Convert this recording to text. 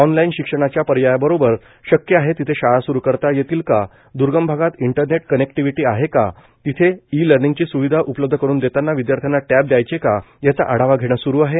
online शिक्षणाच्या पर्यायाबरोबर शक्य आहे तिथं शाळा स्रु करता येतील का द्र्गम भागात इंटरनेट कनेक्टिव्हिटी आहे का तिथे ई लर्निंगची स्विधा उपलब्ध करून देताना विद्यार्थ्यांना टॅब द्यायचे का याचा आढावा घेणं स्रु आहे